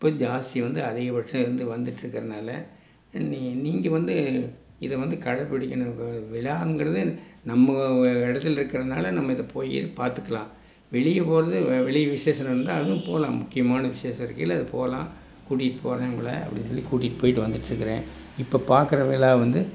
இப்போ ஜாஸ்தி வந்து அதிகபட்சம் இருந்து வந்துகிட்ருக்கறனால நீ நீங்கள் வந்து இதை வந்து கடைப்பிடிக்கணும் இப்போ விழாங்கிறது நம்ம இடத்துல இருக்கிறனால நம்ம இதை போய் இதை பார்த்துக்கலாம் வெளியே போவது வெளியே விசேஷம் நடந்தால் அதுவும் போகலாம் முக்கியமான விசேஷம் இருக்கையில் அது போகலாம் கூட்டிகிட்டு போகிறேன் உங்களை அப்படினு சொல்லி கூட்டிகிட்டு போய்விட்டு வந்துகிட்ருக்கறேன் இப்போ பார்க்கற விழா வந்து